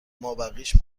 مابقیش